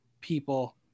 people